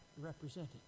represented